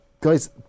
Guys